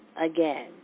again